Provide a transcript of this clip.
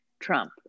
Trump